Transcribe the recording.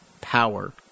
power